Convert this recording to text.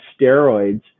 steroids